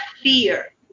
fear